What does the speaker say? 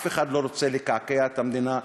אף אחד לא רוצה לקעקע את המדינה.